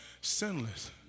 sinless